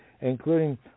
including